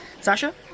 Sasha